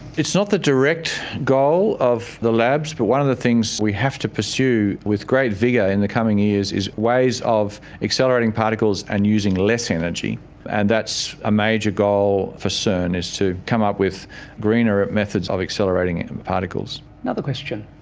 it's not the direct goal of the labs, but one of the things we have to pursue with great vigour in the coming years is ways of accelerating particles and using less energy and that's a major goal for cern, is to come up with greener methods of accelerating particles. another question?